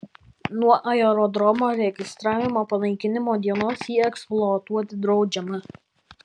nuo aerodromo registravimo panaikinimo dienos jį eksploatuoti draudžiama